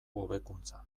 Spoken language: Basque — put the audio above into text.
hobekuntza